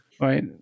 right